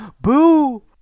boo